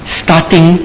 starting